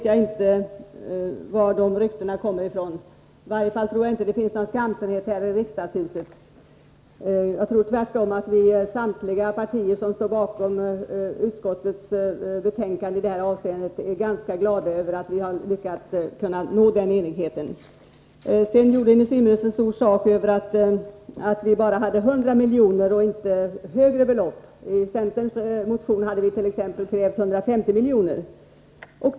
Jag tror inte att det finns någon skamsenhet här i riksdagshuset. Jag tror tvärtom att vi inom samtliga de partier som står bakom utskottets betänkande i detta avseende är ganska glada över att vi har lyckats nå enighet. Industriministern gjorde stor sak av att vi bara föreslår 100 milj.kr. och inte ett högre belopp. I centerns motion hade vit.ex. krävt 150 milj.kr.